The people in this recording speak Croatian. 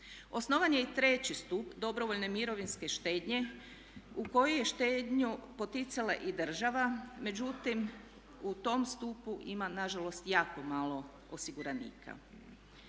Osnovan je i treći stup dobrovoljne mirovinske štednje u koji je štednju poticala i država, međutim u tom stupu ima nažalost jako malo osiguranika.